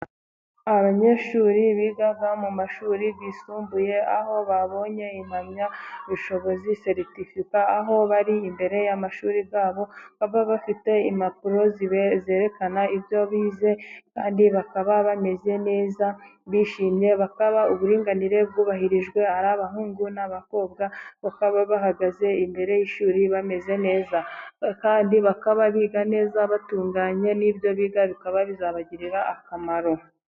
Abanyeshuri biga mu mashuri yisumbuye, aho babonye impamyabushobozi (seritifika) aho bari imbere y' amashuri yabo baba bafite impapuro zerekana ibyo bize, kandi bakaba bameze neza bishimye, bakaba uburinganire bwubahirijwe ari abahungu n' abakobwa bakaba bahagaze imbere y' ishuri bameze neza, kandi bakaba biga neza, batunganye n' ibyo biga bikaba bizabagirira akamaro.